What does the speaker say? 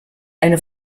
eine